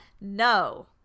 No